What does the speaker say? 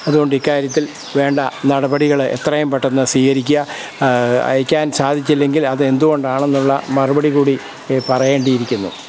അതുകൊണ്ട് ഇക്കാര്യത്തിൽ വേണ്ട നടപടികളെ എത്രയും പെട്ടെന്ന് സ്വീകരിക്കുക അയക്കാൻ സാധിച്ചില്ലങ്കിൽ അത് എന്ത് കൊണ്ടാണെന്നുള്ള മറുപടി കൂടി പറയേണ്ടിയിരിക്കുന്നു